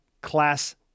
class